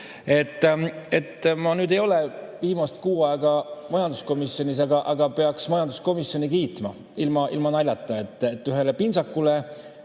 Ma ei ole viimased kuu aega majanduskomisjonis, aga peaks majanduskomisjoni kiitma, ilma naljata. Ühele pintsakule